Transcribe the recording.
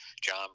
john